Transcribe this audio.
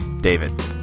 David